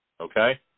okay